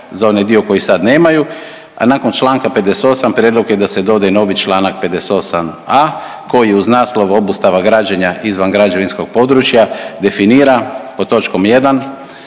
za onaj dio koji sada nemaju, a nakon članka 58. prijedlog je da se doda i novi članak 58.a koji uz naslov „Obustava građenja izvan građevinskog područja“ definira pod „točkom 1.